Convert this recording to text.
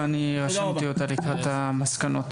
ואני רשמתי אותה לקראת המסקנות.